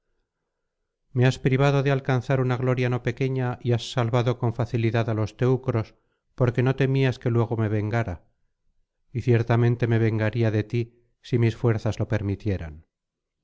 me has privado de alcanzar una gloria no pequeña y has salvado con facilidad á los teucros porque no temías que luego me vengara y ciertamente me vengaría de ti si mis fuerzas lo permitieran